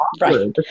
right